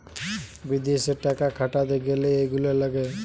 বিদেশে টাকা খাটাতে গ্যালে এইগুলা লাগে